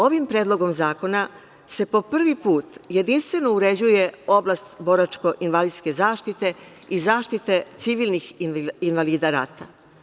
Ovim predlogom zakona se po prvi put jedinstveno uređuje oblast boračko-invalidske zaštite i zaštite civilnih invalida rata.